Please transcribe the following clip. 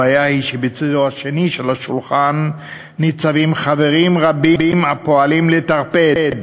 הבעיה היא שבצדו השני של השולחן ניצבים חברים רבים הפועלים לטרפד,